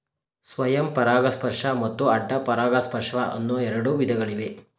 ಸ್ವಯಂ ಪರಾಗಸ್ಪರ್ಶ ಮತ್ತು ಅಡ್ಡ ಪರಾಗಸ್ಪರ್ಶ ಅನ್ನೂ ಎರಡು ವಿಧಗಳಿವೆ